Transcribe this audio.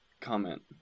comment